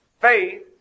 Faith